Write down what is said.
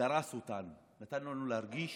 דרס אותנו, נתן לנו להרגיש